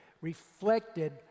reflected